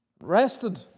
rested